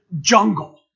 jungle